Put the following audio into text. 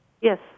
Yes